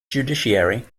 judiciary